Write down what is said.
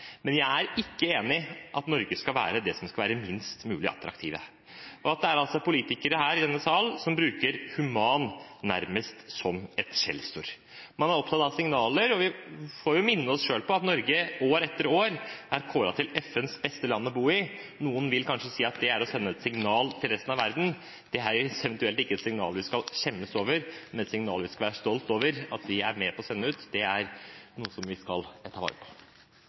men jeg er ikke enig i at Norge skal være det landet som er minst attraktivt. Det er politikere i denne salen som bruker «human» nærmest som et skjellsord. Man er opptatt av signaler, men vi må minne oss selv om at Norge år etter år er kåret til verdens beste land å bo i av FN. Noen vil kanskje si at det er å sende et signal til resten av verden. Det er i så fall et signal vi ikke skal skjemmes over. Det er et signal vi skal være stolte over at vi er med på å sende ut. Det er noe vi skal ta vare på.